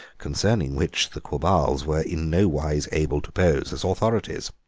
concerning which the quabarls were in no wise able to pose as authorities.